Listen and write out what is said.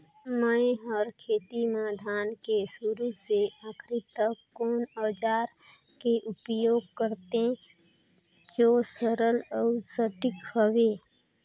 मै हर खेती म धान के शुरू से आखिरी तक कोन औजार के उपयोग करते जो सरल अउ सटीक हवे?